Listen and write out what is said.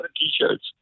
t-shirts